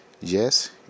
Yes